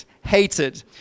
hated